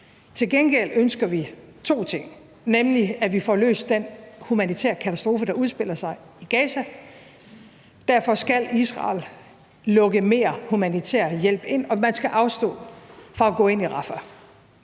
Til gengæld ønsker vi to ting. Vi ønsker, at vi får løst den humanitære katastrofe, der udspiller sig i Gaza, og derfor skal Israel lukke mere humanitær hjælp ind, og man skal afstå fra at gå ind i Rafah.